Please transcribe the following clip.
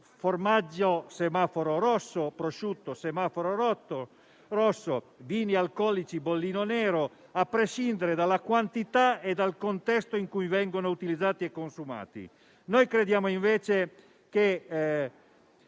formaggio, semaforo rosso; prosciutto, semaforo rosso; vini alcolici, bollino nero - a prescindere dalla quantità e dal contesto in cui vengono utilizzati e consumati. Noi crediamo invece che